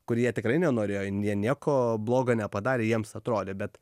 kur jie tikrai nenorėjo jie nieko bloga nepadarė jiems atrodė bet